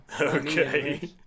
okay